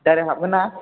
direct हाबगोन ना